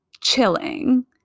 Chilling